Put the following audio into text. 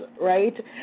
right